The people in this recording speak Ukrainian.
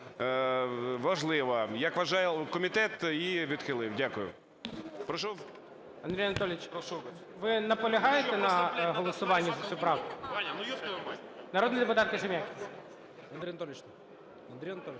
важлива, як вважає комітет – її відхилив. Дякую.